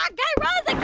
um guy raz, like